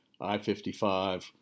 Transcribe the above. I-55